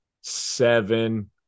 seven